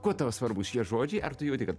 kuo tau svarbūs šie žodžiai ar tu jauti kad